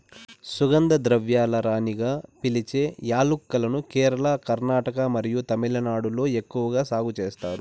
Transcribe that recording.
సుగంధ ద్రవ్యాల రాణిగా పిలిచే యాలక్కులను కేరళ, కర్ణాటక మరియు తమిళనాడులో ఎక్కువగా సాగు చేస్తారు